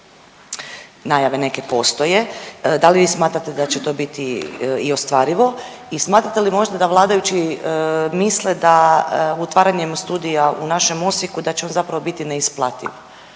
najave neke postoje, da li vi smatrate da će to biti i ostvarivo? I smatrate li možda da vladajući misle da otvaranjem studija u našem Osijeku da će on zapravo biti neisplativ,